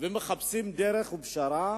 ומחפשים דרך ופשרה